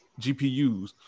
GPUs